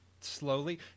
slowly